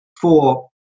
four